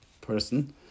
person